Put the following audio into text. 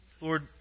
Lord